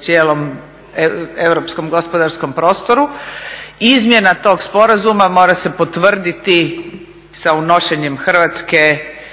cijelom europskom gospodarskom prostoru, izmjena tog sporazuma mora se potvrditi sa unošenjem Hrvatske